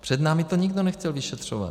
Před námi to nikdo nechtěl vyšetřovat.